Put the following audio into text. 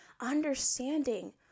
understanding